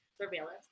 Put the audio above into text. surveillance